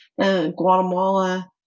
Guatemala